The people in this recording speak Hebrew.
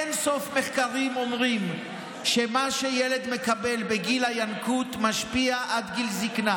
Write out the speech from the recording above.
אין-סוף מחקרים אומרים שמה שהילד מקבל בגיל הינקות משפיע עד גיל זקנה.